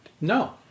No